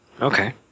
okay